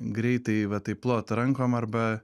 greitai va taip plot rankom arba